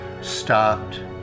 stopped